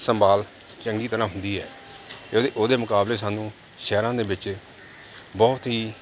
ਸੰਭਾਲ ਚੰਗੀ ਤਰ੍ਹਾਂ ਹੁੰਦੀ ਹੈ ਇ ਉਹਦੇ ਮੁਕਾਬਲੇ ਸਾਨੂੰ ਸ਼ਹਿਰਾਂ ਦੇ ਵਿੱਚ ਬਹੁਤ ਹੀ